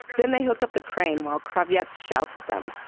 then they hook up the crane while kravets shouts at them